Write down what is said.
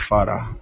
Father